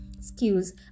skills